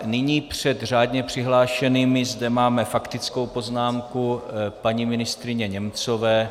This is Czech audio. Nyní před řádně přihlášenými zde máme faktickou poznámku paní ministryně Němcové.